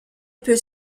peut